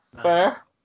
Fair